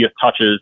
touches